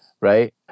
right